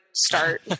start